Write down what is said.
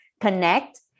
connect